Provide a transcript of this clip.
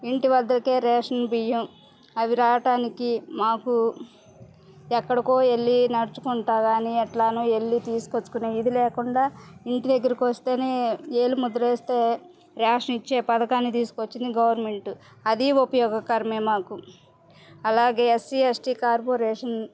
ఇంటి వద్దకే రేషన్ బియ్యం అవి రావడానికి మాకు ఎక్కడికో వెళ్లి నడుచుకుంటూ కానీ ఎట్లానో వెళ్లి తీసుకొచ్చుకునే ఇది లేకుండా ఇంటి దగ్గరకు వస్తేనే వేలిముద్ర వేస్తే రేషన్ ఇచ్చే పథకాన్ని తీసుకు వచ్చింది గవర్నమెంట్ అది ఉపయోగకరమే మాకు అలాగే ఎస్సీ ఎస్టీ కార్పొరేషన్